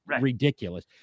ridiculous